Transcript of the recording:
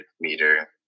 meter